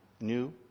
new